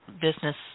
business